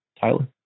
Tyler